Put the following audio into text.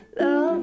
love